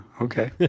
Okay